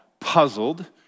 Puzzled